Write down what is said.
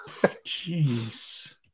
Jeez